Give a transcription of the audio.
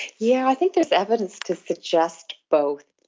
yeah, i think there's evidence to suggest both.